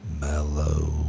Mellow